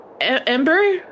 Ember